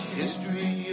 history